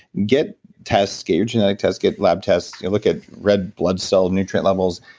get tests, get your genetic tests, get lab tests. look at red blood cell nutrient levels.